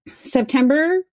September